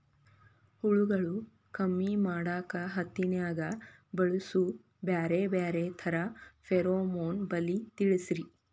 ಹುಳುಗಳು ಕಮ್ಮಿ ಮಾಡಾಕ ಹತ್ತಿನ್ಯಾಗ ಬಳಸು ಬ್ಯಾರೆ ಬ್ಯಾರೆ ತರಾ ಫೆರೋಮೋನ್ ಬಲಿ ತಿಳಸ್ರಿ